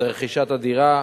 זה רכישת הדירה.